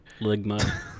Ligma